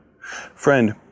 Friend